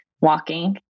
walking